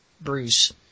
Bruce